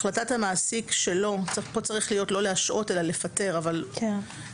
החלטת המעסיק שלא" פה צריך להיות לא להשעות אלא לפטר עובד